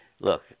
look